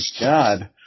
God